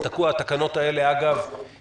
יש לנו עכשיו התפרצות של הנגיף בכמה יישובים ערביים.